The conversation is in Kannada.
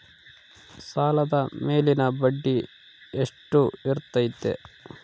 ಸಾಲದ ಮೇಲಿನ ಬಡ್ಡಿ ಎಷ್ಟು ಇರ್ತೈತೆ?